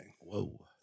Whoa